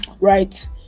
right